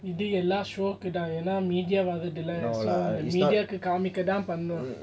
விடுஎல்லா:vidu ella show ku தான்எனா:than yena media ku காமிக்கதான்பண்ணுவான்:kamikathan pannuvan